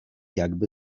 jakby